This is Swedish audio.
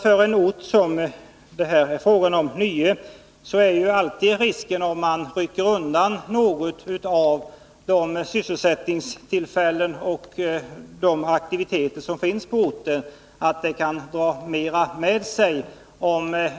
För en ort som Nye kan risken bli stor, om man rycker undan något av de sysselsättningstillfällen som i dag finns, att det kan dra andra med sig.